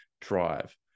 drive